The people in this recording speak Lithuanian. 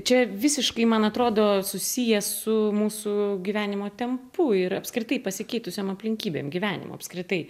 čia visiškai man atrodo susiję su mūsų gyvenimo tempu ir apskritai pasikeitusiom aplinkybėm gyvenimu apskritai